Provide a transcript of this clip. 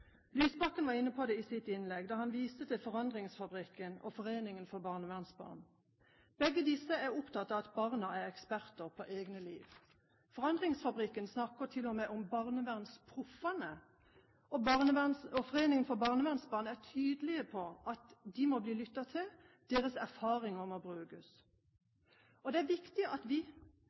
Lysbakken var inne på det i sitt innlegg da han viste til Forandringsfabrikken og Landsforeningen for barnevernsbarn. Begge disse er opptatt av at barna er eksperter på egne liv. Forandringsfabrikken snakker til og med om «barnevernsproffene», og Landsforeningen for barnevernsbarn er tydelige på at de må bli lyttet til, deres erfaringer må brukes. Og det er viktig at vi